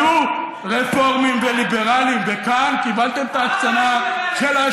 השני, ולא מתי הוא עורך את הקניות שלו.